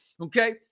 okay